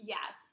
Yes